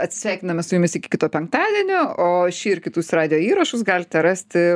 atsisveikiname su jumis iki kito penktadienio o šį ir kitus radijo įrašus galite rasti